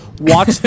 watch